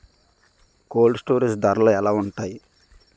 Cold storage ధరలు ఎలా ఉంటాయి?